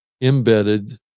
embedded